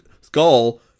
skull